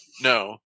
No